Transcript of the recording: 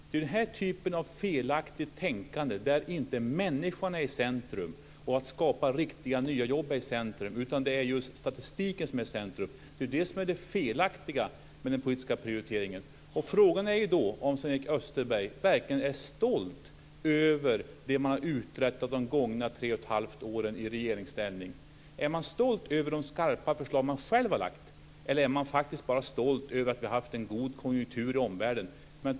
Det är den här typen av tänkande som är det felaktiga med den politiska prioriteringen. Där står inte människan och att skapa riktiga nya jobb i centrum, utan det är just statistiken som är i centrum. Frågan är då om Sven-Erik Österberg verkligen är stolt över det som man har uträttat de gångna tre och ett halvt åren i regeringsställning. Är man stolt över de skarpa förslag som man själv har lagt fram? Eller är man faktiskt bara stolt över att det har varit en god konjunktur i omvärlden?